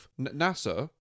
NASA